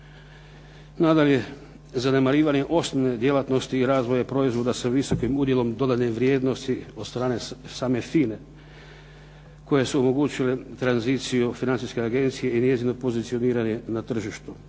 Nadalje, zanemarivanje osnovne djelatnosti i razvoja proizvoda sa visokim udjelom dodane vrijednosti od strane same FINA-e koje su omogućile tranziciju financijske agencije i njezino pozicioniranje na tržištu